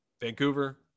Vancouver